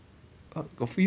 oh got free